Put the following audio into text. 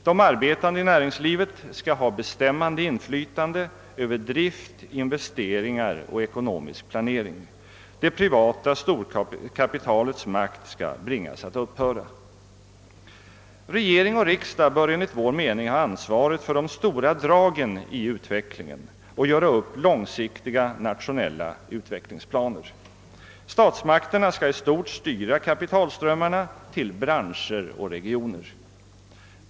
De arbetande i näringslivet skall ha bestämmande inflytande över drift, investeringar och ekonomisk planering. Det privata storkapitalets makt skall bringas att upphöra. Regering och riksdag bör enligt vår mening ha ansvaret för de stora dragen i utvecklingen och göra upp långsiktiga nationella utvecklingsplaner. Statsmakterna skall i stort styra kapitalströmmarna till branscher och regioner.